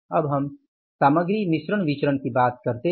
अब हम सामग्री मिश्रण विचरण की बात करते हैं